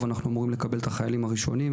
אנחנו אמורים לקבל את החיילים הראשונים.